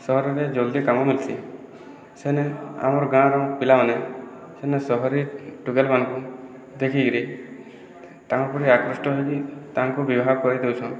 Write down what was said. ସହରରେ ଜଲ୍ଦି କାମ ମିଲ୍ସି ସେନେ ଆମର୍ ଗାଁର ପିଲାମନେ ସେନେ ସହରୀ ଟୁକେଲ୍ମାନଙ୍କୁ ଦେଖିକରି ତାଙ୍କ ଉପରେ ଆକୃଷ୍ଟ ହେଇକି ତାଙ୍କୁ ବିବାହ କରି ଦେଉଛନ୍